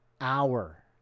Hour